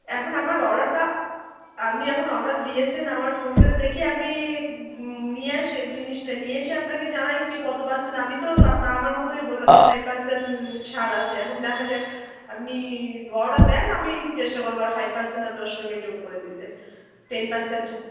এখন আমার অর্ডারটা আপনি এখন অর্ডার দিয়েছেন আমার ফোন পে তে দেখি আমি নিয়ে আসাই জিনিসটা নিয়ে এসে আপনাকে জানাই যে কত পার্সেন্ট আমি তো আপ আমার মতই বললাম যে ফাইভ পার্সেন্ট ছাড় আছে এখন দেখা যাক আপনি অর্ডার দেন আমি চেষ্টা করব আর ফাইভ পার্সেন্ট আপনার ওর সঙ্গে যোগ করে দিতে টেন পার্সেন্ট ছাড়